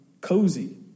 cozy